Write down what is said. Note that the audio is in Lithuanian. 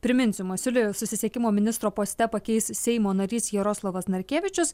priminsiu masiulį susisiekimo ministro poste pakeis seimo narys jaroslavas narkevičius